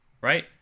right